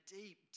deep